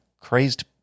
crazed